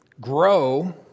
grow